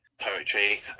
poetry